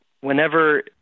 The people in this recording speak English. whenever